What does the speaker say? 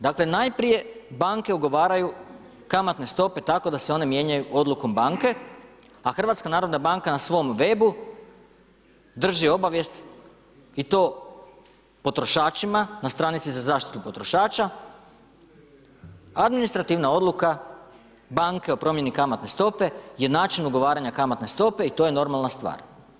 Dakle, najprije banke ugovaraju kamatne stope tako da se one mijenjaju odlukom banke, a HNB na svom webu drži obavijest i to potrošačima, na stranici za zaštitu potrošača, administrativna odluka banke o promjeni kamatne stope je način ugovaranja kamatne stope i to je normalna stvar.